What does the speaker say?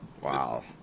Wow